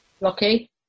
Lockie